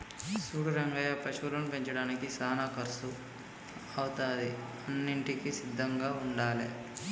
సూడు రంగయ్య పశువులను పెంచడానికి సానా కర్సు అవుతాది అన్నింటికీ సిద్ధంగా ఉండాలే